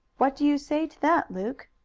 what do you say to that, luke?